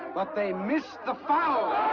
but they missed the fowl!